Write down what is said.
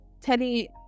Teddy